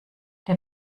der